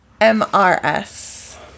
M-R-S